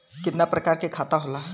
कितना प्रकार के खाता होला?